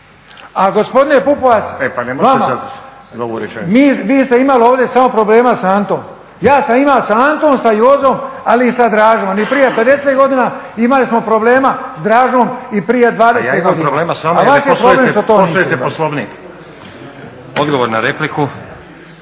A gospodine Pupovac, vama, vi ste imali ovdje samo problema sa Antom, ja sam imao s Antom, sa Jozom ali i sa Dražom. I prije 50 godina imali smo problema sa Dražom, i prije 20 godina. **Stazić, Nenad (SDP)** Zahvaljujem.